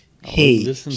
hey